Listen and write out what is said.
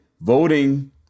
voting